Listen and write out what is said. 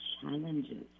challenges